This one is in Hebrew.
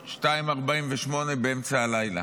ל-02:48, באמצע הלילה.